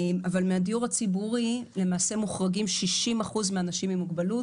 מהדיור הציבורי למעשה מוחרגים 60% מן האנשים עם מוגבלות